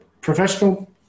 professional